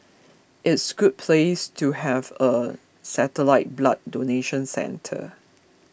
it's good place to have a satellite blood donation centre